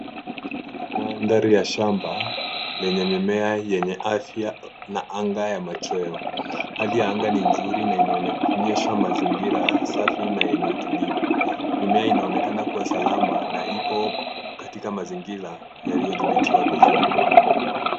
Kuna mandhari ya shamba lenye mimea yenye afya na anga ya machweo. Hali ya anga ni nzuri na inaonyesha mazingira safi na yenye utulivu. Mimea inaonekana kuwa salama na ipo katika mazingira yaliyo dhibitiwa vizuri.